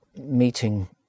meeting